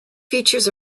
features